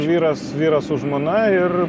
vyras vyras su žmona ir